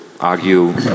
argue